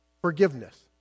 forgiveness